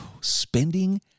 Spending